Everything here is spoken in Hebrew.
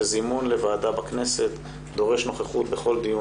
שזימון לוועדה בכנסת דורש נוכחות בכל משך הדיון